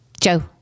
Joe